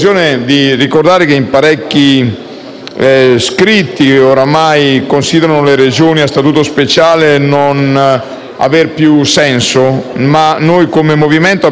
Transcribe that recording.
scritti ormai considerano le Regioni a Statuto speciale non aver più senso. Noi, come movimento, abbiamo invece l'obiettivo di